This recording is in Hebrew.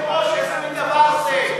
אדוני היושב-ראש, איזה מין דבר כזה?